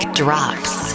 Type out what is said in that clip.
drops